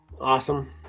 Awesome